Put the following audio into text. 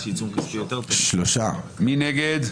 מי נגד?